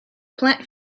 plant